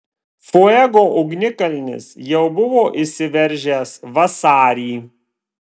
fuego ugnikalnis jau buvo išsiveržęs vasarį